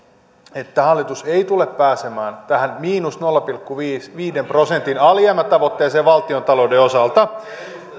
että hallitus ei tule pääsemään tähän miinus nolla pilkku viiden prosentin alijäämätavoitteeseen valtiontalouden osalta